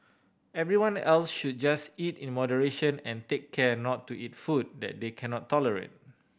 everyone else should just eat in moderation and take care not to eat food that they cannot tolerate